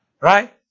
right